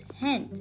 hand